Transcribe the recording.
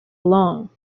along